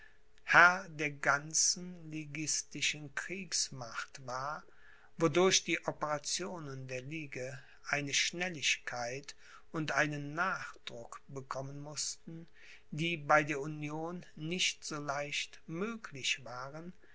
der ganzen liguistischen kriegsmacht war wodurch die operationen der ligue eine schnelligkeit und einen nachdruck bekommen mußten die bei der union nicht so leicht möglich waren